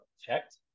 checked